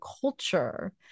culture